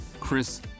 Chris